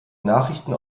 nachrichten